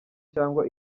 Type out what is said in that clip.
cyangwa